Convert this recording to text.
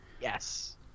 Yes